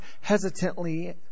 hesitantly